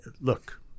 look